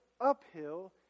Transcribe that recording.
uphill